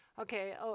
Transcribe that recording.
Okay